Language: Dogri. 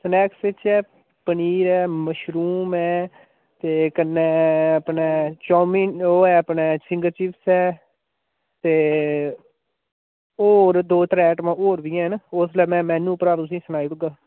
स्नैक्स इच ऐ पनीर ऐ मशरूम ऐ ते कन्नै अपने चौमिन ओह् ऐ अपने फिंगर चिप्स ऐ ते होर दो त्रै आइटमां होर बी हैन उसलै मैं मेन्यू उप्परा तुसें सनाई ओड़गा